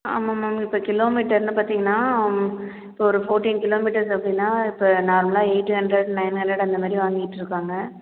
ஆமாம் மேம் இப்போ கிலோமீட்டர்ன்னு பார்த்திங்கன்னா இப்போ ஒரு ஃபோட்டின் கிலோமீட்டர்ஸ் அப்படினா இப்போ நார்மலாக எயிட் ஹண்ட்ரேட் நயன் ஹண்ட்ரேட் அந்த மாரி வாங்கிட்டிருக்காங்க